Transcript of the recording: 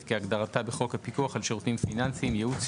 כהגדרתה בחוק הפיקוח על שירותים פיננסיים (ייעוץ,